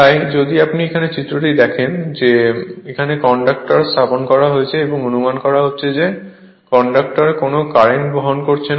তাই যদি আপনি এখানে চিত্রটি দেখেন যে এখানে কন্ডাক্টর স্থাপন করা হয়েছে এবং অনুমান করা হচ্ছে যে কন্ডাক্টর কোনও কারেন্ট বহন করছে না